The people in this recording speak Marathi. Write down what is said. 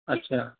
अच्छा